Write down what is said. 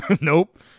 Nope